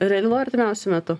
realu artimiausiu metu